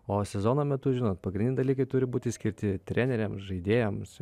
o sezono metu žinot pagrindiniai daklykai turi būti skirti treneriams žaidėjams